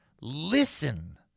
Listen